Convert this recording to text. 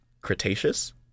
Cretaceous